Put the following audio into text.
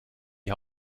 die